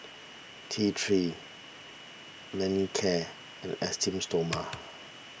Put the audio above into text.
T three Manicare and Esteem Stoma